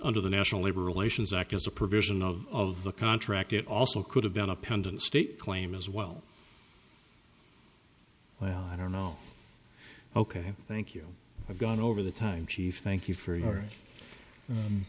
nder the national labor relations act as a provision of of the contract it also could have been a pendant state claim as well i don't know ok thank you i've gone over the time chief thank you for your